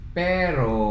pero